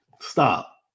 Stop